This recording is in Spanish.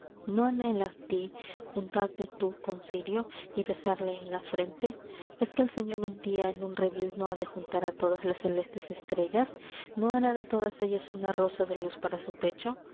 no anhelas di untarte tú con sirio y besarle en la frente es que el señor un día en un redil no ha de juntar a todas las celestes estrellas no hará de todas ellas una rosa de luz para su pecho